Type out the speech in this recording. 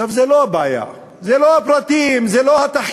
עכשיו, זו לא הבעיה, זה לא הפרטים, זה לא התחקיר,